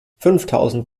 fünftausend